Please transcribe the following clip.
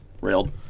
railed